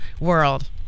world